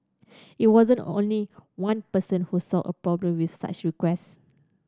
it wasn't only one person who saw a problem with such request